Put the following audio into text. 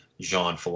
Jean